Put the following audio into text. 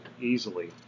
easily